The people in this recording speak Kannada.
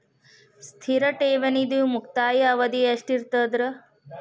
ಸ್ಥಿರ ಠೇವಣಿದು ಮುಕ್ತಾಯ ಅವಧಿ ಎಷ್ಟಿರತದ?